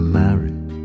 married